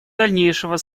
дальнейшего